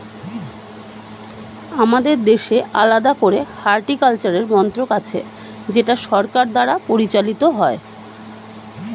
আমাদের দেশে আলাদা করে হর্টিকালচারের মন্ত্রক আছে যেটা সরকার দ্বারা পরিচালিত হয়